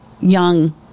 young